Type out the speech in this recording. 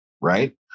right